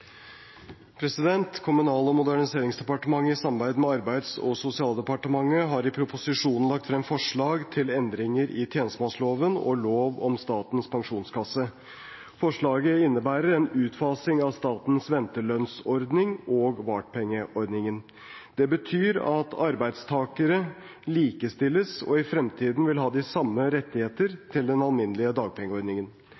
Kommunal- og moderniseringsdepartementet, i samarbeid med Arbeids- og sosialdepartementet, har i proposisjonen lagt frem forslag til endringer i tjenestemannsloven og lov om Statens pensjonskasse. Forslaget innebærer en utfasing av statens ventelønnsordning og vartpengeordningen. Det betyr at arbeidstakere likestilles og vil i fremtiden ha de samme rettigheter til den alminnelige dagpengeordningen.